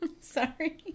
Sorry